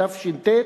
בתש"ט,